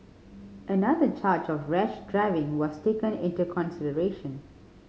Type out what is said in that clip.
another charge of rash driving was taken into consideration